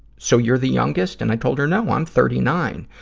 so you're the youngest? and i told her, no, i'm thirty nine.